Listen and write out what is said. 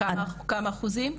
כמה אחוזים?